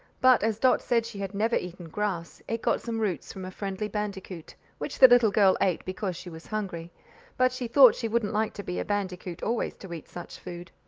but as dot said she had never eaten grass, it got some roots from a friendly bandicoot, which the little girl ate because she was hungry but she thought she wouldn't like to be a bandicoot always to eat such food.